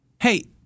Hey